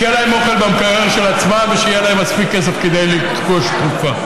שיהיה להם אוכל במקרר של עצמם ושיהיה להם מספיק כסף לרכוש תרופה.